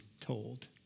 told